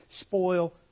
spoil